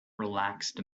relaxed